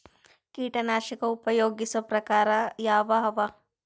ಕೀಟನಾಶಕ ಉಪಯೋಗಿಸೊ ಪ್ರಕಾರ ಯಾವ ಅವ?